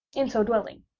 in so dwelling,